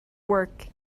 work